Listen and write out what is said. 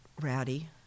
rowdy